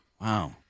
Wow